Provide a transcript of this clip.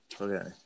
Okay